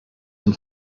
and